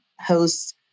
host